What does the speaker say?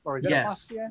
Yes